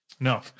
No